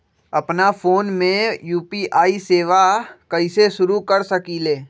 अपना फ़ोन मे यू.पी.आई सेवा कईसे शुरू कर सकीले?